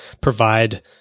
provide